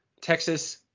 Texas